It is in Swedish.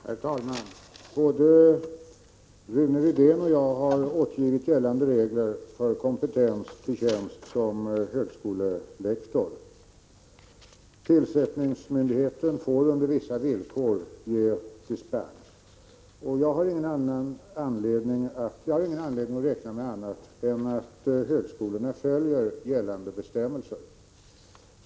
Herr talman! Både Rune Rydén och jag har återgivit gällande regler för kompetens till tjänst som högskolelektor. Tillsättningsmyndigheten får under vissa villkor ge dispens. Jag har ingen anledning att räkna med annat än att högskolorna följer gällande bestämmelser.